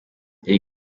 iyi